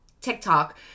TikTok